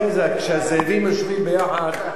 כשהזאבים יושבים ביחד,